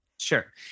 Sure